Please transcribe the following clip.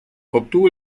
obtuvo